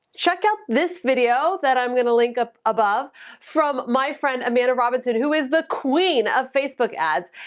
check out this video that i'm gonna link up above from my friend amanda robinson, who is the queen of facebook ads,